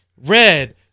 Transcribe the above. Red